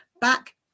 back